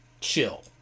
chill